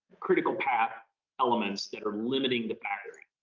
critical path elements that are limiting the battery.